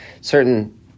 certain